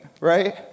right